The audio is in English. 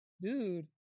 Dude